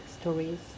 stories